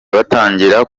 batangira